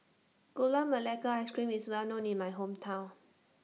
Gula Melaka Ice Cream IS Well known in My Hometown